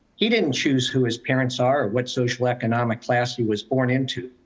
he didn't choose who his parents are or what social economic class he was born into.